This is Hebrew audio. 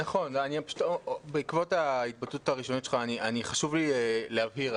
פשוט בעקבות ההתבטאות הראשונית שלך חשוב לי להבהיר.